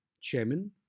Chairman